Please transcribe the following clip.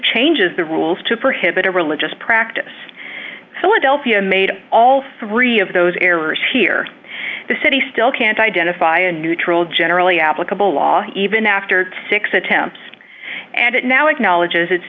changes the rules to prohibit a religious practice philadelphia made all three of those errors here the city still can't identify a neutral generally applicable law even after six attempts and it now acknowledges its